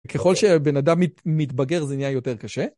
ככל שבן אדם מתבגר זה נהיה יותר קשה.